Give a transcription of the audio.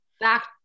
back